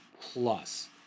plus